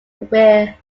were